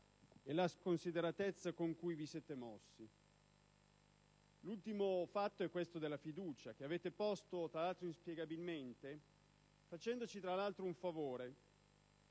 e la sconsideratezza con cui vi siete mossi. L'ultimo episodio è questo della fiducia che avete posto inspiegabilmente, facendoci tra l'altro un favore